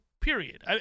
period